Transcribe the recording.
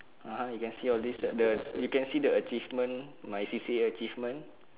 (uh huh) you can see all this cert the you can see the achievement my C_C_A achievement